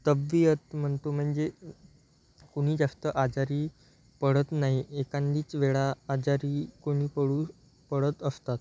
तबियत म्हणतो म्हणजे कोणी जास्त आजारी पडत नाही एखांदीच वेळा आजारी कोणी पडू पडत असतात